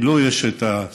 כי לו יש את הסמכות,